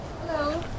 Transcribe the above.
Hello